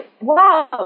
Wow